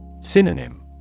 Synonym